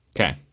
Okay